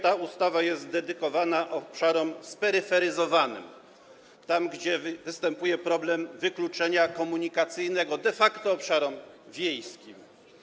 Ta ustawa jest dedykowana obszarom speryferyzowanym, na których występuje problem wykluczenia komunikacyjnego, de facto obszarom wiejskim.